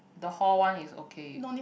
the hall one is okay